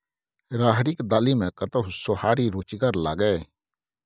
राहरिक दालि मे कतहु सोहारी रुचिगर लागय?